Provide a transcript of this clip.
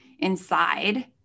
inside